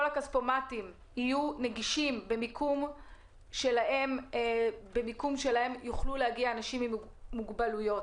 הכספומטים יהיו נגישים ובמיקום שאליו יוכלו להגיע אנשים עם מוגבלויות.